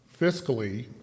fiscally